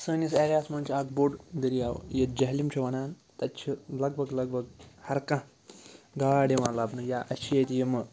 سٲنِس ایریاہَس منٛز چھِ اَکھ بوٚڑ دٔریاو ییٚتہِ جہلِم چھِ وَنان تَتہِ چھِ لَگ بَگ لَگ بَگ ہَر کانٛہہ گاڈ یِوان لَبنہٕ یا اَسہِ چھِ ییٚتہِ یِمہٕ